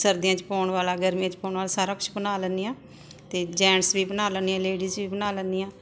ਸਰਦੀਆਂ 'ਚ ਪਾਉਣ ਵਾਲਾ ਗਰਮੀਆਂ 'ਚ ਪਾਉਣ ਵਾਲਾ ਸਾਰਾ ਕੁਛ ਬਣਾ ਲੈਂਦੀ ਹਾਂ ਅਤੇ ਜੈਂਟਸ ਵੀ ਬਣਾ ਲੈਂਦੀ ਹਾਂ ਲੇਡੀਜ ਵੀ ਬਣਾ ਲੈਂਦੀ ਹਾਂ